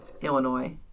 Illinois